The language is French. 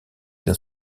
dans